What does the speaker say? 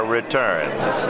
Returns